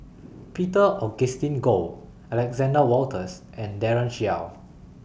Peter Augustine Goh Alexander Wolters and Daren Shiau